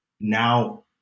now